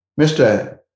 Mr